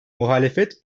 muhalefet